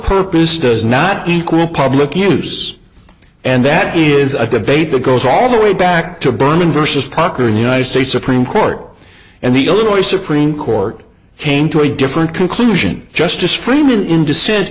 purpose does not equal public use and that is a debate that goes all the way back to burning versus parker in the united states supreme court and the illinois supreme court came to a different conclusion justice freiman in dissent